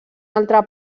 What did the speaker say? altre